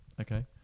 okay